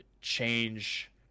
change